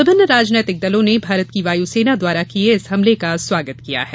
विभिन्न राजनीतिक दलों ने भारत की वायुसेना द्वारा किये इस हमले का स्वागत किया है